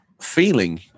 feeling